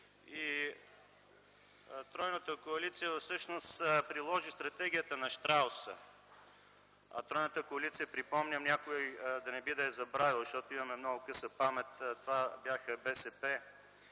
тройната коалиция приложи стратегията на щрауса. А тройната коалиция, припомням, някой да не би да е забравил, защото имаме много къса памет – това бяха БСП,